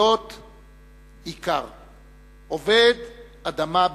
להיות איכר, עובד אדמה במולדתו.